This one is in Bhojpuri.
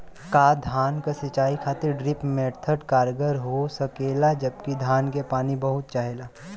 का धान क सिंचाई खातिर ड्रिप मेथड कारगर हो सकेला जबकि धान के पानी बहुत चाहेला?